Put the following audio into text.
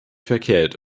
verkehrt